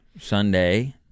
Sunday